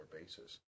basis